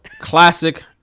Classic